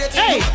hey